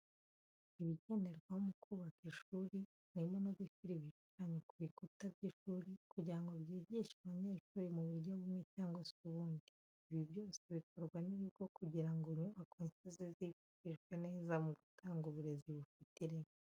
Ibigenderwaho mu kubaka ishuri, harimo no gushyira ibishushanyo ku bikuta by'ishuri kugira ngo byigishe abanyeshuri mu buryo bumwe cyangwa se ubundi. Ibi byose bikorwa n'ibigo kugira ngo inyubako nshya zizifashishwe neza mu gutanga uburezi bufite ireme.